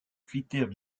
critère